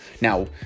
Now